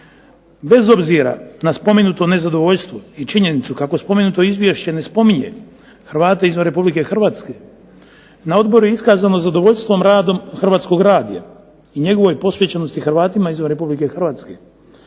Bez obzira na spomenuto nezadovoljstvo i činjenicu kako spomenuto Izvješće ne spominje Hrvate izvan Republike Hrvatske, na Odboru je iskazano zadovoljstvo radom Hrvatskog radija i njegovoj posvećenosti Hrvatima izvan Republike Hrvatske.